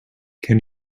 can